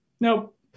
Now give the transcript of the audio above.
nope